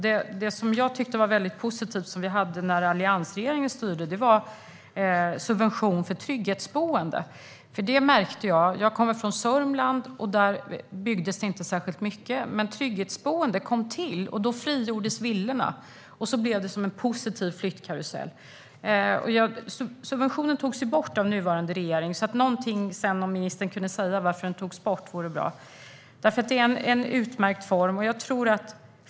Något som jag tyckte var väldigt positivt som vi hade när alliansregeringen styrde var subventionen för trygghetsboende. Jag kommer från Sörmland, där det inte byggdes särskilt mycket, men när trygghetsboenden kom till frigjordes villorna, och då blev det en positiv flyttkarusell. Den subventionen togs bort av den nuvarande regeringen, så det vore bra om ministern kunde säga någonting om varför. Det är en utmärkt form.